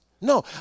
No